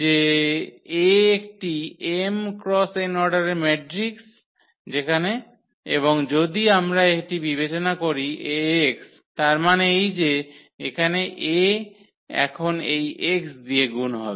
যে A একটি m x n অর্ডারের মেট্রিক্স এবং যদি আমরা এটি বিবেচনা করি 𝐴x তার মানে এই যে এখানে A এখন এই x দিয়ে গুণ হবে